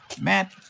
Matt